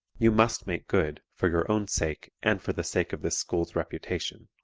you must make good, for your own sake and for the sake of this school's reputation.